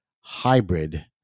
Hybrid